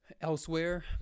Elsewhere